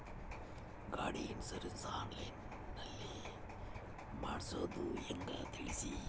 ಗಾಡಿ insurance online ನಲ್ಲಿ ಮಾಡ್ಸೋದು ಹೆಂಗ ತಿಳಿಸಿ?